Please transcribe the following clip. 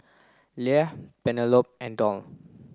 Leah Penelope and Doll